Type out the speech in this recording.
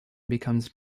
becomes